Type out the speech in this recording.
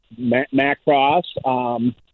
Macross